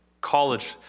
college